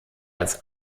als